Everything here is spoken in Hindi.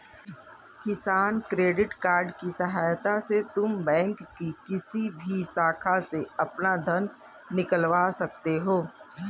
किसान क्रेडिट कार्ड की सहायता से तुम बैंक की किसी भी शाखा से अपना धन निकलवा सकती हो